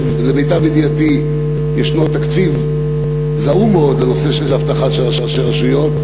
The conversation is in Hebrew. למיטב ידיעתי ישנו תקציב זעום מאוד לנושא של אבטחה של ראשי רשויות,